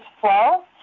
flow